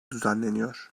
düzenleniyor